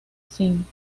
sin